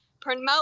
promote